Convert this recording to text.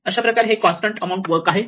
अशाप्रकारे हे constant amount work आहे